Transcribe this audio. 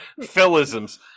Philisms